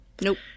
nope